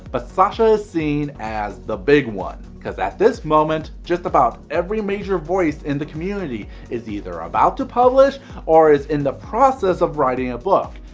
but sasha is seen as the big one. cause at this moment just about every major voice in the community is either about to publish or is in the process of writing a book.